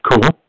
Cool